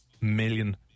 million